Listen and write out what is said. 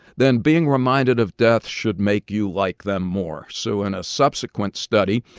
then being reminded of death should make you like them more. so in a subsequent study,